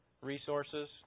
resources